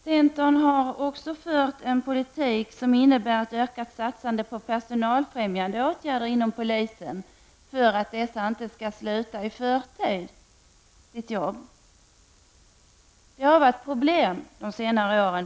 Centern har också fört en politik som innebär ett ökat satsande på personalfrämjande åtgärder inom polisväsendet för att poliser inte skall sluta i förtid. Det har förekommit problem de senaste åren.